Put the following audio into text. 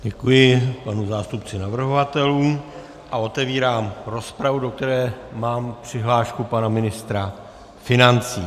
Děkuji panu zástupci navrhovatelů a otevírám rozpravu, do které mám přihlášku pana ministra financí.